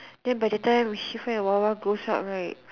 then by the time Shifa and Wawa grows out right